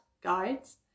guides